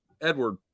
Edward